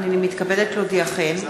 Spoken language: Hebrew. הנני מתכבדת להודיעכם,